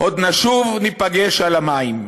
עוד נשוב ניפגש על המים.